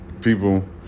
People